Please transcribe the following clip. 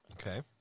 Okay